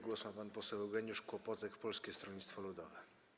Głos ma pan poseł Eugeniusz Kłopotek, Polskie Stronnictwo Ludowe.